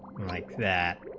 like that